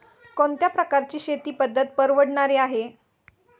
कोणत्या प्रकारची शेती पद्धत परवडणारी आहे?